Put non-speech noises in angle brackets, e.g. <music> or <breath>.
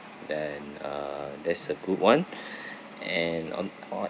then uh that's a good [one] <breath> and on <noise>